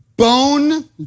Bone